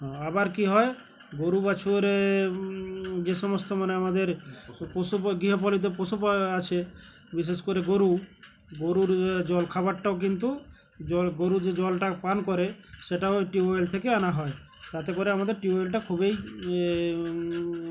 আবার কী হয় গরু বাছুরে যে সমস্ত মানে আমাদের পশু পা গৃহপালিত পশু আছে বিশেষ করে গরু গরুর জল খাবারটাও কিন্তু জল গরু যে জলটা পান করে সেটাও টিউবওয়েল থেকে আনা হয় তাতে করে আমাদের টিউবওয়েলটা খুবই